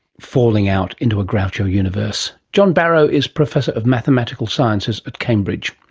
falling out into a groucho universe. john barrow is professor of mathematical sciences at cambridge.